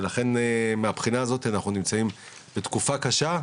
ולכן מהבחינה הזאת אנחנו נמצאים בתקופה קשה,